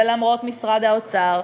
ולמרות משרד האוצר,